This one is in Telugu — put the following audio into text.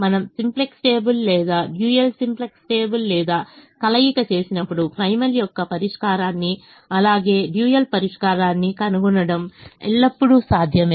మనము సింప్లెక్స్ టేబుల్ లేదా డ్యూయల్ సింప్లెక్స్ టేబుల్ లేదా కలయిక చేసినప్పుడు ప్రైమల్ యొక్క పరిష్కారాన్ని అలాగే డ్యూయల్ పరిష్కారాన్ని కనుగొనడం ఎల్లప్పుడూ సాధ్యమే